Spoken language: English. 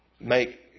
make